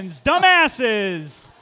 dumbasses